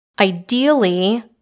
Ideally